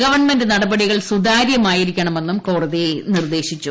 government നടപടികൾ സുതാര്യമായിരിക്കണമെന്നും കോടതി നിർദ്ദേശിച്ചു